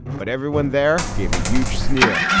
but everyone there gave a huge sneer.